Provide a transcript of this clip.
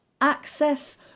access